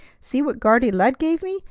see what guardy lud gave me!